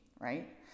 right